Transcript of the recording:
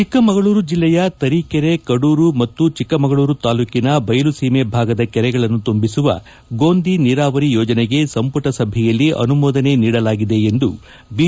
ಚಿಕ್ಕ ಮಗಳೂರು ಜಿಲ್ಲೆಯ ತರೀಕೆರೆ ಕದೂರು ಮತ್ತು ಚಿಕ್ಕ ಮಗಳೂರು ತಾಲ್ಲೂಕಿನ ಬಯಲು ಸೀಮೆ ಭಾಗದ ಕೆರೆಗಳನ್ನು ತುಂಬಿಸುವ ಗೋಂದಿ ನೀರಾವರಿ ಯೋಜನೆಗೆ ಸಂಪುಟ ಸಭೆಯಲ್ಲಿ ಅನುಮೋದನೆ ನೀಡಲಾಗಿದೆ ಎಂದು ಬಿ